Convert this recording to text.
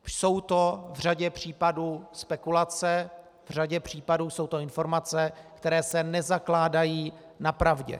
Jsou to v řadě případů spekulace, v řadě případů jsou to informace, které se nezakládají na pravdě.